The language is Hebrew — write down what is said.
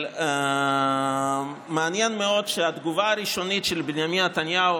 אבל מעניין מאוד שהתגובה הראשונית של בנימין נתניהו